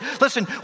listen